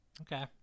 Okay